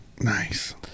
Nice